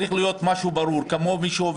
אבל אם יש חוק,